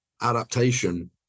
adaptation